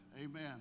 Amen